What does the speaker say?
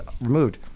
removed